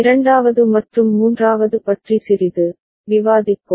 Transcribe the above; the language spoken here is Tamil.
இரண்டாவது மற்றும் மூன்றாவது பற்றி சிறிது விவாதிப்போம்